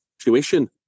tuition